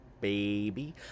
baby